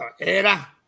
Era